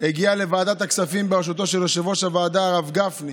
לוועדת הכספים בראשותו של יושב-ראש הוועדה הרב גפני